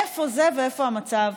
איפה זה ואיפה המצב